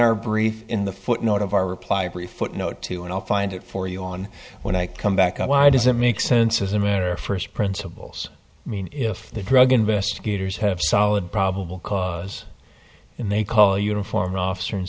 our brief in the footnote of our reply brief footnote to and i'll find it for you on when i come back why does it make sense as a matter of first principles i mean if the drug investigators have solid probable cause and they call uniformed officer and